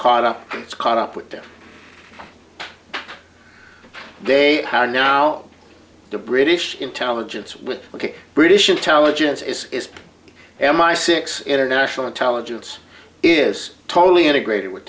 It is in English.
caught up caught up with them they are now the british intelligence with ok british intelligence is m i six international intelligence is totally integrated with